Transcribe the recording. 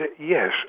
Yes